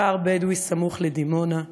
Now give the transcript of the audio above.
מכפר בדואי סמוך לדימונה,